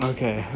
Okay